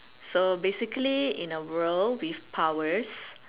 so basically in a world with powers